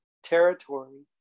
territory